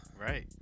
Right